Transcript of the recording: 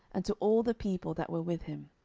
and to all the people that were with him,